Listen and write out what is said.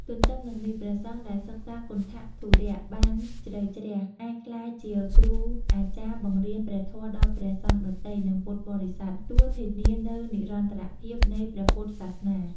ទទ្ទឹមនឹងនេះ ព្រះសង្ឃដែលសិក្សាគន្ថធុរៈបានជ្រៅជ្រះ អាចក្លាយជាគ្រូអាចារ្យបង្រៀនព្រះធម៌ដល់ព្រះសង្ឃដទៃ និងពុទ្ធបរិស័ទ។ នេះធានានូវនិរន្តរភាពនៃព្រះពុទ្ធសាសនា។